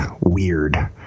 weird